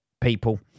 people